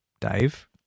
dave